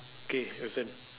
K your turn